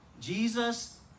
Jesus